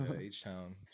H-Town